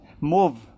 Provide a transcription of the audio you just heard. move